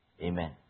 Amen